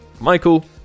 Michael